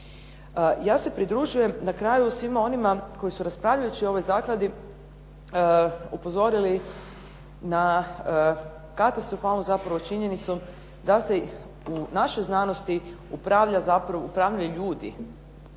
Ja se pridružujem na kraju svima onima koji su raspravljajući o ovoj zakladi upozorili na katastrofalnu zapravo činjenicu da se u našoj znanosti upravljaju ljudi